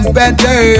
better